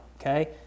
okay